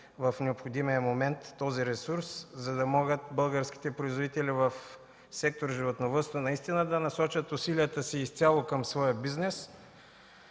в необходимия момент този ресурс, за да могат българските производители в сектор „Животновъдство” наистина да насочат усилията си изцяло към своя бизнес,